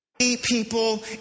...people